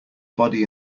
body